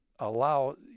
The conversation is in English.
allow